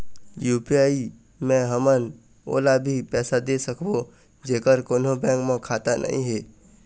UPI मे हमन ओला भी पैसा दे सकबो जेकर कोन्हो बैंक म खाता नई हे?